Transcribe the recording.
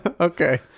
Okay